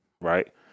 Right